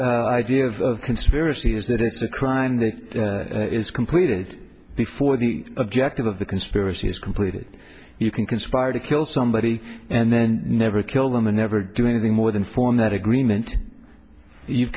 idea of conspiracy is that it's a crime that is completed before the objective of the conspiracy is completed you can conspire to kill somebody and then never kill them and never do anything more than form that agreement you've